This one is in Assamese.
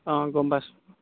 অঁ গম পাইছোঁ